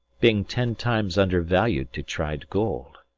being ten times undervalu'd to tried gold?